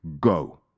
go